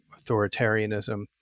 authoritarianism